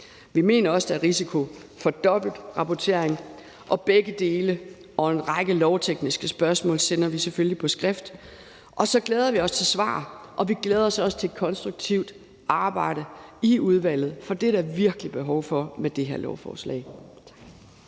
Vi mener også, at der er risiko for dobbeltrapportering, og spørgsmål om begge de dele og en række andre lovtekniske spørgsmål vil vi selvfølgelig sende på skrift, og så glæder vi os til at få svar, og vi glæder os også til et konstruktivt arbejde i udvalget. For det er der virkelig behov for med det her lovforslag.